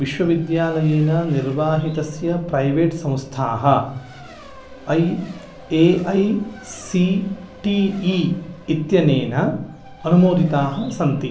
विश्वविद्यालयेन निर्वाहितस्य प्रैवेट् संस्थाः A I C T E इत्यनेन अनुमोदिताः सन्ति